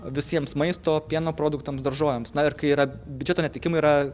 visiems maisto pieno produktams daržovėms na ir kai yra biudžeto neatitikimai yra